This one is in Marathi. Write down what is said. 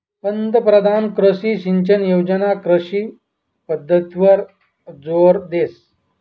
पंतपरधान कृषी सिंचन योजना कृषी पद्धतवर जोर देस